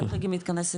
וועדת חריגים מתכנסת,